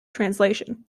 translation